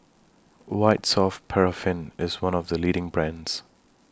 White Soft Paraffin IS one of The leading brands